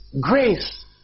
Grace